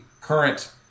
current